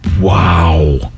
Wow